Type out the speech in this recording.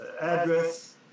address